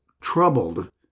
troubled